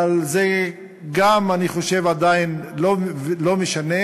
אבל זה גם, אני חושב, עדיין לא משנה: